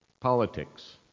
politics